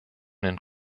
den